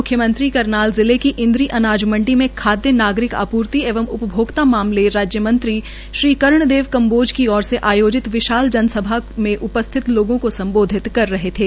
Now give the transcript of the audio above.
मुख्यमंत्री करनाल जिले की इंद्री अनाज मंडी में खादय नागरिक आपूर्ति एवं उपभोक्ता मामले राज्य मंत्री श्री कर्ण देव काम्बोज की ओर से आयोजित विशाल जनसभा में उपस्थित लोगों को संबोधित कर रहे थे